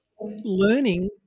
learning